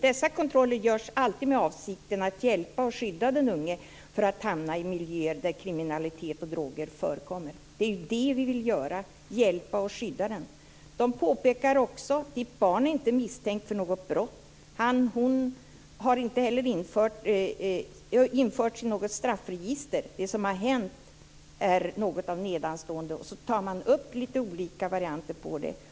Dessa kontroller görs alltid med avsikten att hjälpa och skydda den unge från att hamna i miljöer där kriminalitet och droger förekommer. Det är ju detta vi vill göra. Vi vill hjälpa och skydda dem. De påpekar också: Ditt barn är inte misstänkt för något brott. Han eller hon har inte heller införts i något straffregister. Det som har hänt är något av nedanstående. Där tar man upp lite olika varianter på vad det kan vara.